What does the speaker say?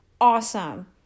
awesome